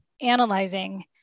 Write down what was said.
analyzing